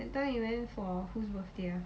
that time we went for whose birthday ah